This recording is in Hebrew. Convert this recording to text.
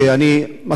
שאני,